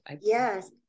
yes